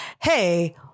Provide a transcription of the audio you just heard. hey